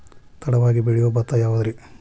ತಡವಾಗಿ ಬೆಳಿಯೊ ಭತ್ತ ಯಾವುದ್ರೇ?